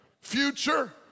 future